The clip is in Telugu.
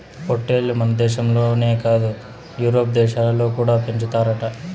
పొట్టేల్లు మనదేశంలోనే కాదు యూరోప్ దేశాలలో కూడా పెంచుతారట